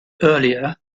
earlier